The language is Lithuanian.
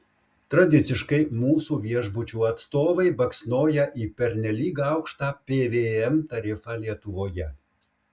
tradiciškai mūsų viešbučių atstovai baksnoja į pernelyg aukštą pvm tarifą lietuvoje